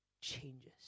changes